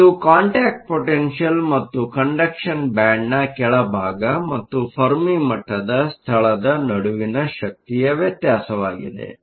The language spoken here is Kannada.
ಇದು ಕಾಂಟ್ಯಾಕ್ಟ್ ಪೊಟೆನ್ಷಿಯಲ್Contact potential ಮತ್ತು ಕಂಡಕ್ಷನ್ ಬ್ಯಾಂಡ್Conduction bandನ ಕೆಳಭಾಗ ಮತ್ತು ಫೆರ್ಮಿ ಮಟ್ಟದ ಸ್ಥಳದ ನಡುವಿನ ಶಕ್ತಿಯ ವ್ಯತ್ಯಾಸವಾಗಿದೆ